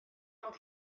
ond